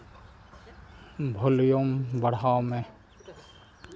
volume ᱵᱟᱲᱦᱟᱣ ᱢᱮ